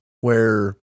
where-